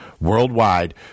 worldwide